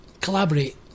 Collaborate